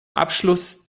abschluss